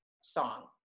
song